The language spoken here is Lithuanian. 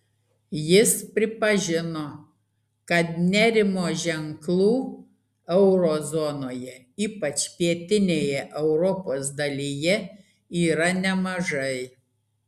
jis pripažino kad nerimo ženklų euro zonoje ypač pietinėje europos dalyje yra nemažai